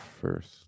first